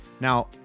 Now